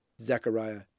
Zechariah